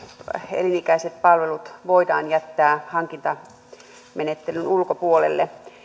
elinikäiset palvelut voidaan jättää hankintamenettelyn ulkopuolelle